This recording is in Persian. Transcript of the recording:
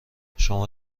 شما